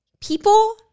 People